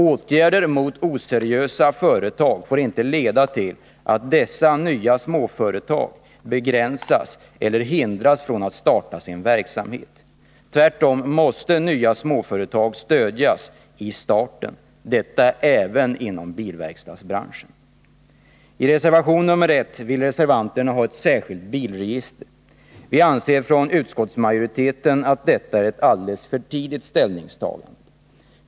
Åtgärder mot oseriösa företag får inte leda till att dessa nya småföretag begränsas i eller hindras från att starta sin verksamhet. Tvärtom måste nya småföretag stödjas i starten — detta även inom bilverkstadsbranschen. I reservation nr 1 vill reservanterna ha ett särskilt bilregister. Vi anser från utskottsmajoriteten att detta är ett ställningstagande som kommer alldeles för tidigt.